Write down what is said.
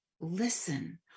listen